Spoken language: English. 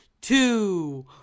two